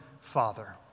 father